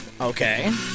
Okay